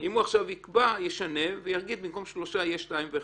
אם הוא עכשיו ישנה ויגיד במקום שלושה יהיה שניים ואחד.